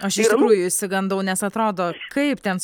aš iš tikrųjų išsigandau nes atrodo kaip ten